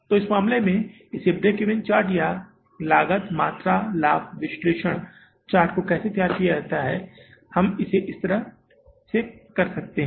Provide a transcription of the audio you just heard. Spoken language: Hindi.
तो इस मामले में इस ब्रेक ईवन चार्ट या लागत मात्रा लाभ विश्लेषण चार्ट को कैसे तैयार किया जाए हम इसे इस तरह से कर सकते हैं